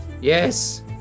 yes